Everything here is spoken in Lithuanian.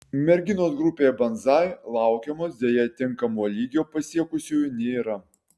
merginos grupėje banzai laukiamos deja tinkamo lygio pasiekusiųjų nėra